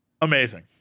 Amazing